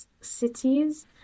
cities